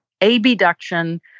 ABduction